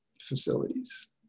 facilities